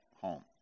home